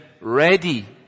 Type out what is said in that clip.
ready